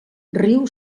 riu